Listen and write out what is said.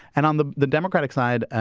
and on the the democratic side,